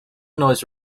noise